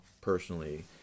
personally